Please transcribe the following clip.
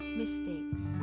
mistakes